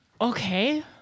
Okay